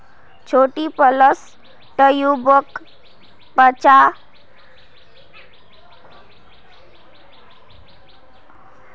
छोटी प्लस ट्यूबक पंजा लंबी प्लस ट्यूब स जो र छेक